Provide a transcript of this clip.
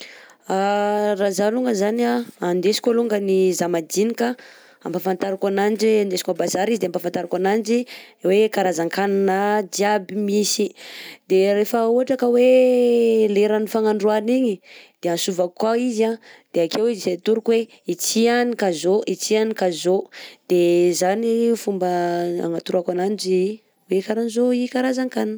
Raha zaho alongany zany a andesino alongany zàmadinika ampafantariko ananjy andesiko a bazary izy de ampafantariko ananjy hoe karazan-kanina jiaby misy. De rehefa ohatra ka hoe leran'ny fagnandroana igny de antsovako koà izy an de akeo izy atoroko hoe ity any ka zao, ity any ka zao de zany fomba agnatoroako ananjy hoe karahan-jao i karazan-kanina.